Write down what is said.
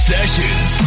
Sessions